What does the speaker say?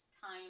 time